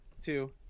two